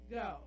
go